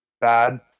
bad